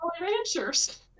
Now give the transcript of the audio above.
ranchers